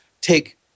take